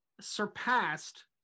surpassed